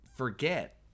forget